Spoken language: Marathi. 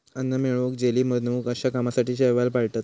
अन्न मिळवूक, जेली बनवूक अश्या कामासाठी शैवाल पाळतत